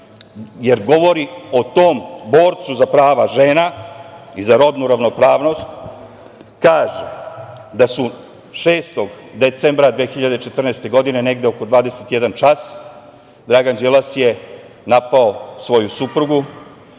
jer govori o tom borcu za prava žena i za rodnu ravnopravnost, kaže – da su 6. decembra 2014. godine, negde oko 21 čas, Dragan Đilas je napao svoju suprugu,